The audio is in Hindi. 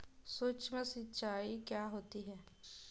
सुक्ष्म सिंचाई क्या होती है?